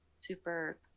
super